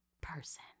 person